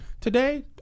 today